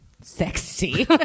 sexy